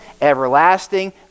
everlasting